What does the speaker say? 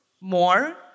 more